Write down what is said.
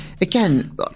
again